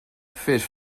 fes